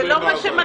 זה לא מה שמגיע,